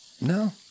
No